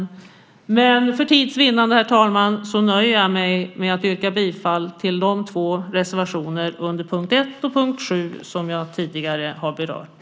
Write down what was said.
Men för tids vinnande, herr talman, nöjer jag mig med att yrka bifall till de båda reservationerna under punkt 1 och punkt 7 som jag tidigare har berört.